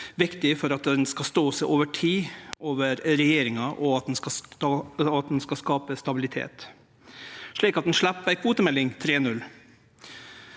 viktig for at ho skal stå seg over tid, over regjeringar, og for at ein skal skape stabilitet, slik at ein slepp ei kvotemelding 3.0.